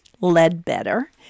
Ledbetter